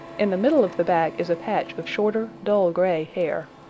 in the middle of the back is a patch of shorter dull-gray hair.